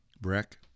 Breck